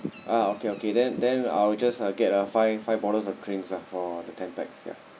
ah okay okay then then I will just uh get uh five five bottle of drinks ah for the ten pax ya